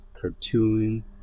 cartoon